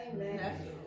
Amen